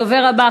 הדובר הבא,